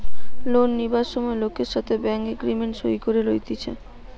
loan লিবার সময় লোকের সাথে ব্যাঙ্ক এগ্রিমেন্ট সই করে লইতেছে